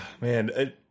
Man